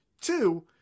Two